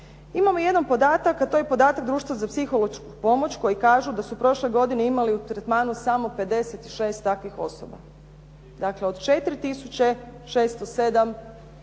Imamo jedan podatak a to je podatak društva za psihološku pomoć koji kažu da su prošle godine imali u tretmanu samo 56 takvih osoba. Dakle, od 4 tisuće